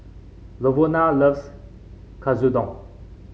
Lavona loves Katsudon